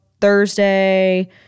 Thursday